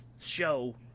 show